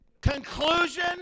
Conclusion